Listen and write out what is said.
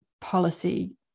policy